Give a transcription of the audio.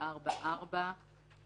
לארבע שנים וארבע שנים.